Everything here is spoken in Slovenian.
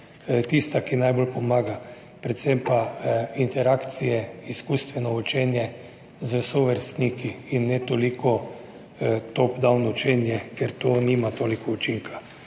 tista, ki najbolj pomaga, predvsem pa interakcije, izkustveno učenje s sovrstniki, in ne toliko top-down učenje, ker to nima toliko učinka.